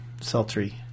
sultry